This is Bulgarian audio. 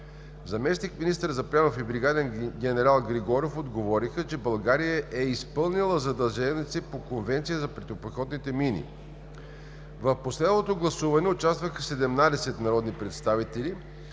Заместник-министър Запрянов и бригаден генерал Григоров отговориха, че България е изпълнила задълженията си по Конвенцията за противопехотните мини. В последвалото гласуване участваха 17 народни представители.